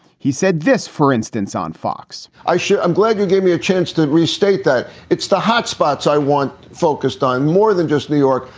he said this, for instance, on fox i should. i'm glad you gave me a chance to restate that. it's the hot spots i want focused on more than just new york,